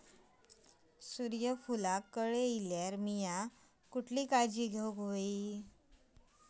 सूर्यफूलाक कळे इल्यार मीया कोणती काळजी घेव?